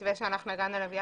המתווה שהגענו אליו,